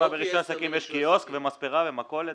יש קיוסק, מספרה ומכולת.